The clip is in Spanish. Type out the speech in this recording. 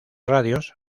radios